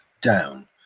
down